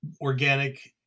organic